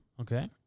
Okay